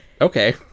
Okay